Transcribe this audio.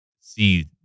see